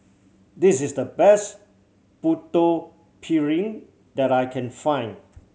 this is the best Putu Piring that I can find